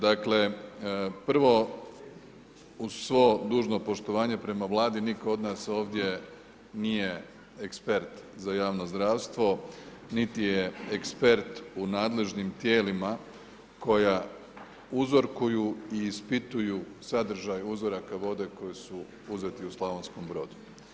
Dakle prvo uz svo dužno poštovanje prema Vladi nitko od nas ovdje nije ekspert za javno zdravstvo, niti je ekspert u nadležnim tijelima koja uzorkuju i ispituju sadržaj uzoraka vode koji su uzeti u Slavonskom Brodu.